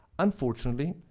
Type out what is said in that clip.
unfortunately,